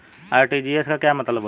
RTGS का क्या मतलब होता है?